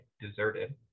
deserted